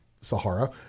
Sahara –